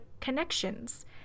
connections